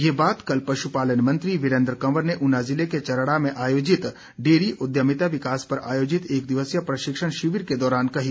ये बात कल पशुपालन मंत्री वीरेन्द्र कंवर ने ऊना जिले के चराड़ा में आयोजित डेयरी उद्यमिता विकास पर आयोजित एक दिवसीय प्रशिक्षण शिविर के दौरान कही